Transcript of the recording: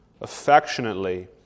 affectionately